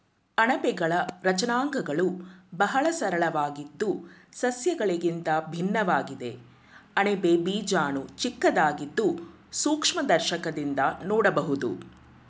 ಅಣಬೆಗಳ ರಚನಾಂಗಗಳು ಬಹಳ ಸರಳವಾಗಿದ್ದು ಸಸ್ಯಗಳಿಗಿಂತ ಭಿನ್ನವಾಗಿದೆ ಅಣಬೆ ಬೀಜಾಣು ಚಿಕ್ಕದಾಗಿದ್ದು ಸೂಕ್ಷ್ಮದರ್ಶಕದಿಂದ ನೋಡ್ಬೋದು